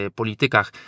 politykach